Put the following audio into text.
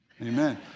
Amen